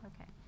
Okay